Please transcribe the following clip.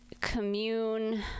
commune